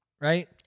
right